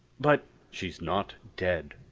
but she's not dead.